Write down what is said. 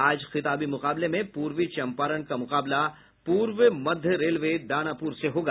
आज खिताबी मुकाबले में पूर्वी चम्पारण का मुकाबला पूर्व मध्य रेलवे दानापुर से होगा